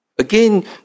Again